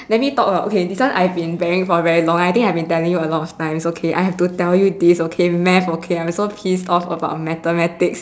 let me talk about okay this one I've been bearing for very long I think I have been telling you a lot of times okay I have to tell you this okay math okay I'm so pissed off about mathematics